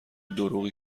دروغی